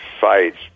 fights